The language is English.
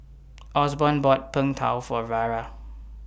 Osborn bought Png Tao For Vara